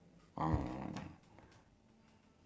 the the bird stand on top of the stone ah